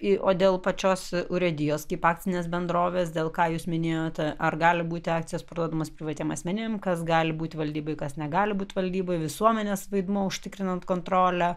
į o dėl pačios urėdijos kaip akcinės bendrovės dėl ką jūs minėjote ar gali būti akcijos parduodamos privatiem asmenim kas gali būt valdyboj kas negali būt valdyboj visuomenės vaidmuo užtikrinant kontrolę